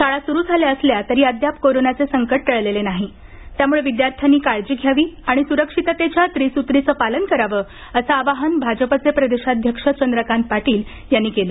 शाळा सुरु झाल्या असल्या तरी अद्याप कोरोनाचे संकट टळलेले नाही त्यामुळे विद्यार्थ्यांनी काळजी घ्यावी आणि सुरक्षिततेच्या त्रिसूत्रीचे पालन करावं असं आवाहन भाजपचे प्रदेशाध्यक्ष चंद्रकांत पाटील यांनी केलं